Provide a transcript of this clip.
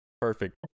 Perfect